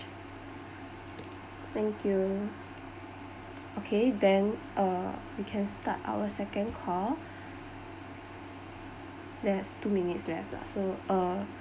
thank you okay then uh we can start our second call there's two minutes left ah